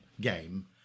game